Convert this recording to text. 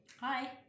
Hi